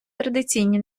традиційні